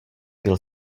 pil